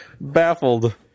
baffled